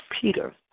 Peter